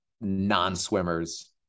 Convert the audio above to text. non-swimmers